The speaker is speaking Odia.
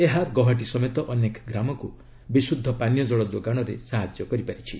ଏହା ଗୌହାଟୀ ସମେତ ଅନେକ ଗ୍ରାମକୁ ବିଶୁଦ୍ଧ ପାନୀୟ ଜଳ ଯୋଗାଣରେ ସାହାଯ୍ୟ କରିଛି